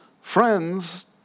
Friends